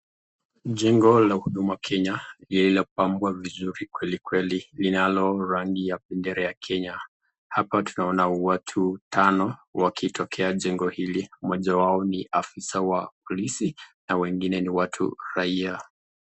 Jengo la Huduma Kenya lililopambwa vizuri kwelikweli linalo rangi ya bendera ya Kenya. Hapa tunaona watu tano wakitokea jengo hili, mmoja wao ni afisa wa polisi na wengine ni watu raiaa.